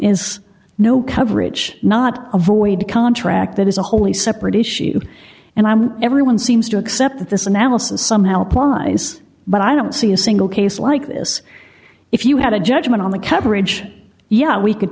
is no coverage not a void contract that is a wholly separate issue and i'm everyone seems to accept that this analysis some help lies but i don't see a single case like this if you had a judgment on the coverage yeah we could